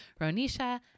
Ronisha